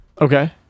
Okay